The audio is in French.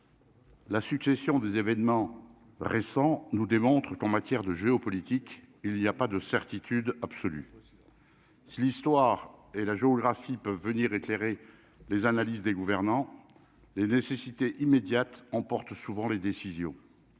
La succession des événements récents nous démontrent qu'en matière de géopolitique, il y a pas de certitude absolue, c'est l'histoire et la géographie peuvent venir éclairer les analyses des gouvernants, les nécessités immédiates emporte souvent les décisions